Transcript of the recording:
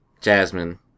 Jasmine